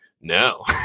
no